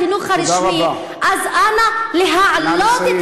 את החינוך הרשמי, אז אנא להעלות, נא לסיים.